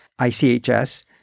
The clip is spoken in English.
ICHS